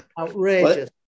Outrageous